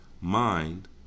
mind